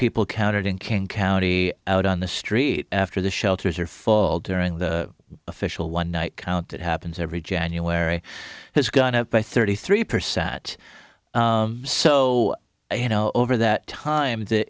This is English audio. in king county out on the street after the shelters are full during the official one night count that happens every january has gone up by thirty three percent so you know over that time the